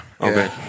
Okay